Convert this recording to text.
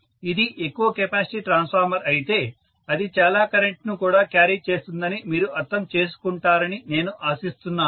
ఇది ఎక్కువ capacity transformer అయితే అది చాలా కరెంట్ను కూడా క్యారీ చేస్తుందని మీరు అర్థం చేసుకుంటారని నేను ఆశిస్తున్నాను